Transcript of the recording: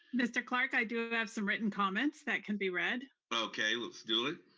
mr. clark, i do have some written comments that can be read. okay, let's do it.